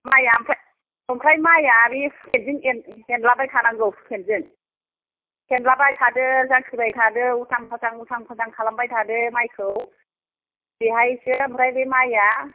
माइया ओमफ्राय ओमफ्राय माइया बे सुखेनजों हेन हेनलाबाय थानांगौ सुखेनजों हेनलाबाय थादो जांख्रिबाय थादो उल्टां फाल्टां उल्टां फाल्टां खालामबाय थादो माइखौ बेहायसो ओमफ्राय बे माइया